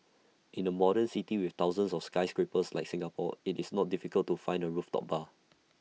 in A modern city with thousands of skyscrapers like Singapore IT is not difficult to find A rooftop bar